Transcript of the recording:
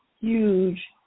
huge